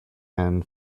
end